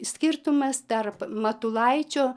skirtumas tarp matulaičio